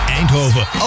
Eindhoven